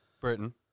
Britain